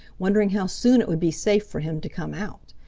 wondering how soon it would be safe for him to come out.